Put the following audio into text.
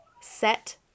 set